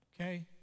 okay